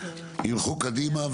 ילכו קדימה,